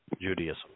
Judaism